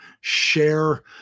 share